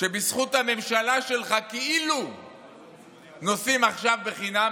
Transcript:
שבזכות הממשלה שלך כאילו נוסעים עכשיו בחינם,